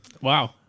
Wow